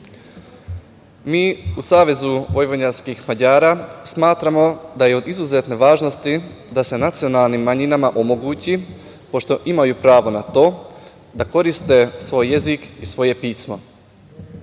Zakona o ličnoj karti. Mi u SVM smatramo da je od izuzetne važnosti da se nacionalnim manjinama omogući pošto imaju prava na to da koriste svoj jezik i svoje pismo,